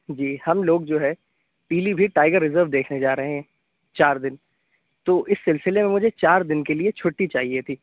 جی ہم لوگ جو ہے پیلی بھیت ٹائیگر ریزرو دیکھنے جا رہے ہیں چار دِن تو اِس سلسلے میں مجھے چار دِن کے لیے چھٹّی چاہیے تھی